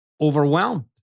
Overwhelmed